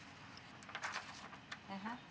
(uh huh)